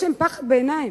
יש להם פחד בעיניים.